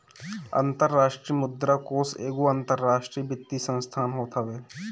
अंतरराष्ट्रीय मुद्रा कोष एगो अंतरराष्ट्रीय वित्तीय संस्थान होत हवे